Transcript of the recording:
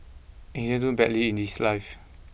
and he didn't do too badly in his life